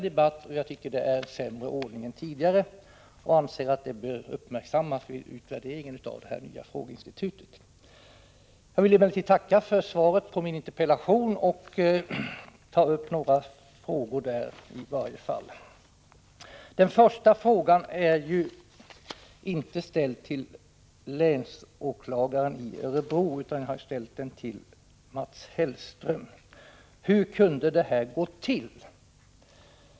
Det här är en sämre ordning än tidigare, och jag anser att det bör uppmärksammas vid utvärderingen av det nya frågeinstitutet. Jag vill tacka för svaret på min interpellation och ta upp några frågor där. Den första frågan har jag inte ställt till förre länsåklagaren i Örebro län utan till Mats Hellström. Hur kunde detta gå till?